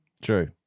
True